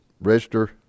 register